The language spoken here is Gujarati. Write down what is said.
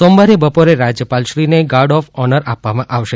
સોમવારે બપોરે રાજયપાલશ્રીને ગાર્ડ ઓફ ઓનર આપવામાં આવશે